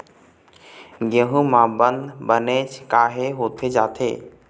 गेहूं म बंद बनेच काहे होथे जाथे?